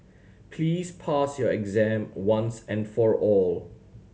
please pass your exam once and for all